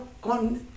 con